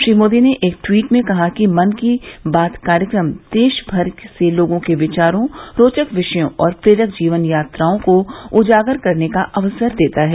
श्री मोदी ने एक ट्वीट में कहा कि मन की बात कार्यक्रम देशभर से लोगों के विचारों रोचक विषयों और प्रेरक जीवन यात्राओं को उजागर करने का अवसर देता है